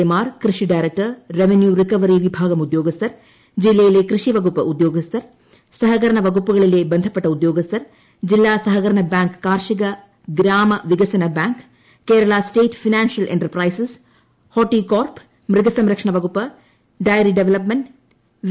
എമാർ കൃഷി director revenue recovery വിഭാഗം ഉദ്യോഗസ്ഥർ ജില്ലയിലെ കൃഷി വകുപ്പ് ഉദ്യോഗസ്ഥർ സഹകരണ വകുപ്പുകളിലെ ബന്ധപ്പെട്ട ഉദ്യോഗസ്ഥർ ജില്ലാ സഹകരണ ബാങ്ക് കാർഷിക ഗ്രാമ വികസന bank Kerala state financial enterprises Horticorp മൃഗസംരക്ഷണ വകുപ്പ് ഡയറി ഡവലപ്മെന്റ് വി